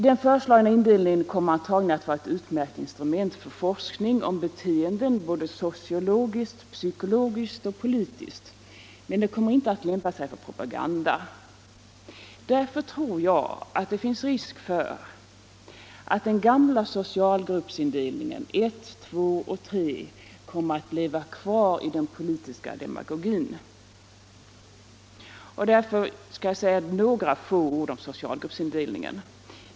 Den föreslagna indelningen kommer antagligen att bli ett utmärkt instrument för forskning om beteenden såväl sociologiskt och psykologiskt som politiskt, men den kommer inte att lämpa sig för propaganda. Därför tror jag att det finns risk för att den gamla indelningen i socialgrupp 1, 2 och 3 kommer att leva kvar i den politiska demagogin, och jag vill av den anledningen säga några ord om denna socialgruppsindelning.